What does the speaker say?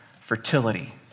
fertility